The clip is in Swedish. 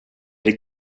det